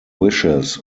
wishes